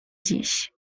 dziś